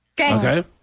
Okay